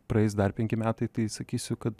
praeis dar penki metai tai sakysiu kad